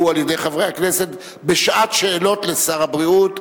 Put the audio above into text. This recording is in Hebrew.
על-ידי חברי הכנסת בשעת שאלות לשר הבריאות.